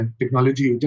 technology